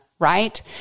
right